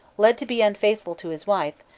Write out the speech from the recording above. led to be unfaithful to his wife,